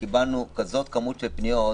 קיבלנו כמות של פניות,